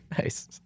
Nice